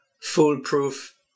Foolproof